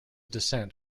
descent